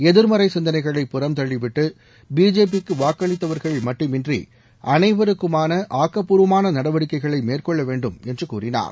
எதிர்மறை சிந்தனைகளை புறம்தள்ளிவிட்டு பிஜேபிக்கு வாக்களித்தவர்கள் மட்டுமின்றி அனைவருக்குமான ஆக்கப்பூர்வமான நடவடிக்கைகளை மேற்கொள்ள வேண்டும் என்று கூறினார்